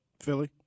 Philly